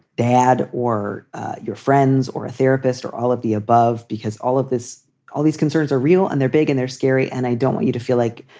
dad or your friends or a therapist or all of the above, because all of this all these concerns are real and they're big and they're scary. and i don't want you to feel like